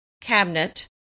cabinet